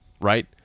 right